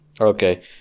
Okay